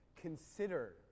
consider